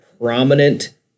prominent